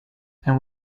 and